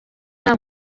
nta